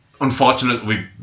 Unfortunately